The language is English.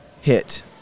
hit